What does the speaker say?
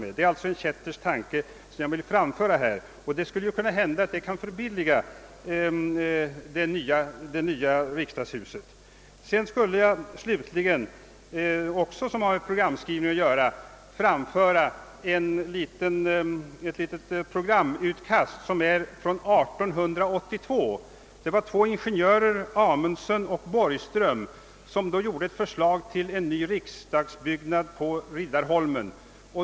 Detta är alltså en kättersk tanke som jag här ville framföra, och det skulle kunna hända att detta kunde förbilliga det nya riksdagshuset. Slutligen skall jag — vilket också har med programskrivningen att göra — framföra ett litet programutkast från 1882. Det var två ingenjörer, A. Amundson och C. G. Borgström, som då gjorde ett förslag till en ny riksdagsbyggnad på Riddarholmen.